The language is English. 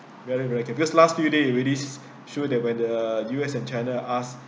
whether you like it because last few days it really shows that when the U_S and china asked